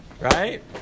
Right